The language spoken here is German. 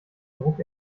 druck